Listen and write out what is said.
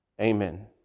Amen